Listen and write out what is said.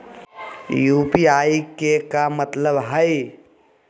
UPI के का मतलब हई?